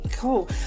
Cool